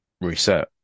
reset